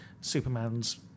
Superman's